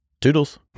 Toodles